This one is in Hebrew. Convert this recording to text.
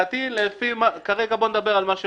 לדעתי, כרגע בואו נדבר על מה שמוסכם.